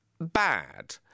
bad